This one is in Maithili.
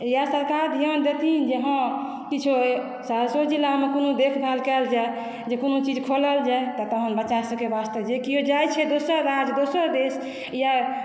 इएह सरकार ध्यान देथिन जे हॅं किछु सहरसो जिला मे कोनो देखभाल कएल जाय जे कोनो चीज खोलल जाय तऽ तहन बच्चा सबके वास्ते जे केओ जाइ छै दोसर राज्य दोसर देश या